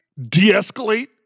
de-escalate